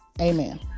Amen